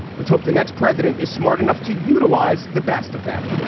let's hope the next president is smart enough to utilize the best of them.